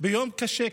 ביום קשה כזה,